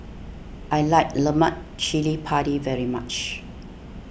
I like Lemak Cili Padi very much